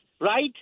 right